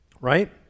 Right